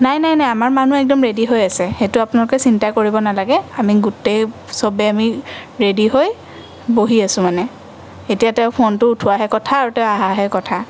নাই নাই নাই আমাৰ মানুহ একদম ৰেডি হৈ আছে সেইটো আপোনালোকে চিন্তা কৰিব নালাগে আমি গোটেই চবে আমি ৰেডি হৈ বহি আছোঁ মানে এতিয়া তেওঁ ফোনটো উঠোৱাহে কথা আৰু তেওঁ অহাহে কথা